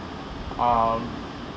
um